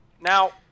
Now